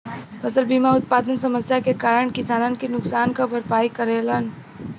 फसल बीमा उत्पादन समस्या के कारन किसानन के नुकसान क भरपाई करेला